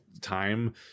time